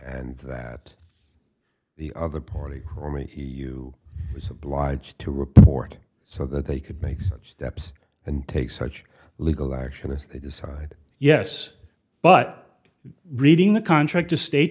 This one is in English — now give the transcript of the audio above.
and that the other party or me you was obliged to report so that they could make such steps and take such legal action as they decide yes but reading the contract to state